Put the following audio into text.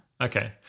Okay